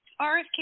RFK